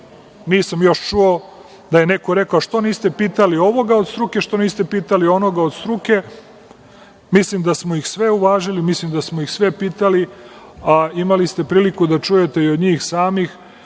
još čuo da je neko rekao – a što niste pitali ovoga od struke, što niste pitali onoga od struke. Mislim da smo ih sve uvažili, mislim da smo ih sve pitali, a imali ste priliku da čujete i od njih samih